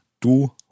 du